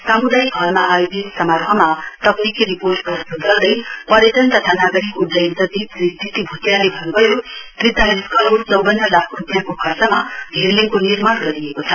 सामुदायिक हलमा आयोजित समारोहमा तकनिकी रिपोर्ट प्रस्तुत गर्दै पर्यटन तथा नागरिक उड्डयन सचिव श्री टीटी भुटियाले भन्नुभयो त्रिचालिस करोड चौवन्न लाख रूपियाँको खर्चमा घिर्लिङको निर्माण गरिएको छ